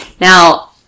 Now